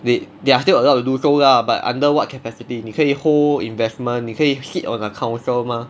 they they are still allowed to do so lah but under what capacity 你可以 hold investment 你可以 sit on a council 吗